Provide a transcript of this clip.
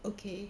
okay